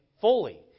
fully